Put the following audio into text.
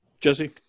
Jesse